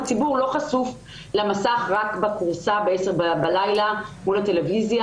הציבור לא חשוף למסך רק בכורסא בעשר בלילה מול הטלוויזיה.